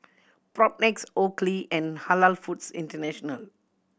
Propnex Oakley and Halal Foods International